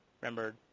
remember